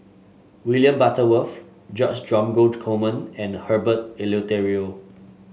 William Butterworth George Dromgold Coleman and Herbert Eleuterio